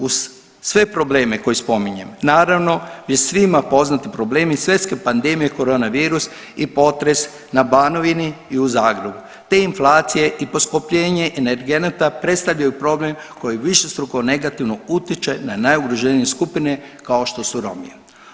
Uz sve probleme koje spominjem naravno i svima poznati problemi svjetske pandemije koronavirus i potres na Banovini i u Zagrebu, te inflacije i poskupljenje energenata predstavljaju problem koji višestruko negativno utječe na najugroženije skupine kao što su Romi.